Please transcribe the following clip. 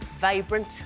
vibrant